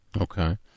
Okay